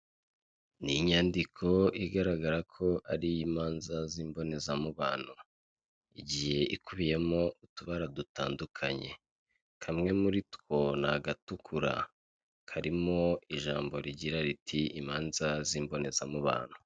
Imodoka yu'mweru iri mu muhanda wumukara ifite amapine y'umukara, iri mu mabara yu'mweru ndetse harimo n'mabara y'umuhondo, iruhande rwayo hari ipikipiki itwaye umuntu umwe wambaye agakote k'umuhondo ndetse n'ubururu, ipantaro y'umweru ndetse numupira w'mweru n'undi wambaye umupira wumukara ipantaro y'umuhondo werurutse n'ingofero y'ubururu ahetse n'igikapu cy'umukara.